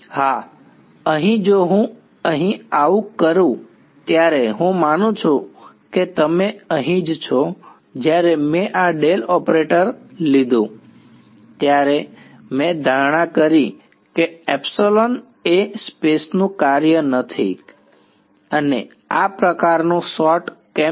હા અહીં જો હું અહીં આવું કરું ત્યારે હું માનું છું કે તમે અહીં જ છો જ્યારે મેં આ ડેલ ઓપરેટર લીધું ત્યારે મેં ધારણા કરી કે એ સ્પેસનું કાર્ય નથી અને આ પ્રકારનું શોર્ટ કેમ છે